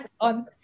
on